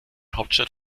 hauptstadt